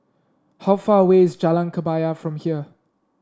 how far away is Jalan Kebaya from here